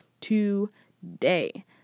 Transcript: today